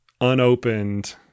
unopened